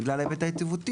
בגלל ההיבט היציבותי,